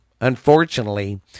Unfortunately